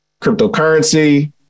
cryptocurrency